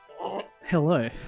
Hello